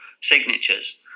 signatures